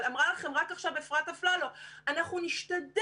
אבל אמרה לכם רק עכשיו אפרת אפללו: אנחנו נשתדל,